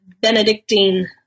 Benedictine